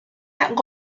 marcela